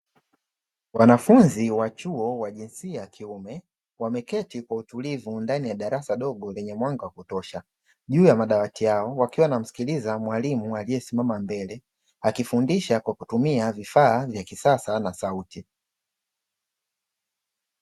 Wanafunzi wa chuo wa jinsia ya kiume wameketi kwa utulivu ndani ya darasa dogo lenye mwanga wa kutosha juu ya madawati yao, wakiwa wanamsikiliza mwalimu aliyesimama mbele akifundisha kwa kutumia vifaa vya kisasa na sauti.